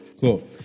cool